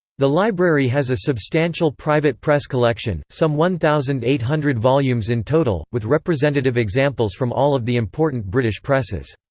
the library has a substantial private press collection, some one thousand eight hundred volumes in total, with representative examples from all of the important british presses.